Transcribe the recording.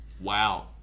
Wow